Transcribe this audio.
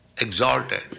exalted